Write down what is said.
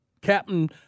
Captain